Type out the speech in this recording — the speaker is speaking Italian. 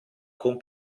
con